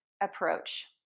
approach